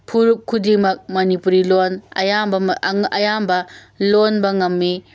ꯐꯨꯔꯨꯞ ꯈꯨꯗꯤꯡꯃꯛ ꯃꯅꯤꯄꯨꯔꯤ ꯂꯣꯟ ꯑꯌꯥꯝꯕ ꯑꯌꯥꯝꯕ ꯂꯣꯟꯕ ꯉꯝꯃꯤ